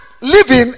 living